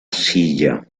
silla